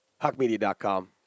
HuckMedia.com